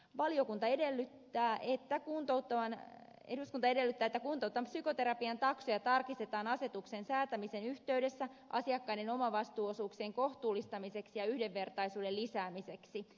valiokunta edellyttää että kuntouttavan psykoterapian taksoja tarkistetaan asetuksen säätämisen yhteydessä asiakkaiden omavastuuosuuksien kohtuullistamiseksi ja yhdenvertaisuuden lisäämiseksi